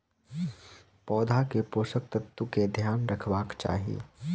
पौधा के पोषक तत्व के ध्यान रखवाक चाही